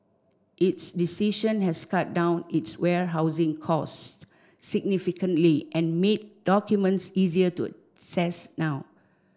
its decision has cut down its warehousing costs significantly and made documents easier to now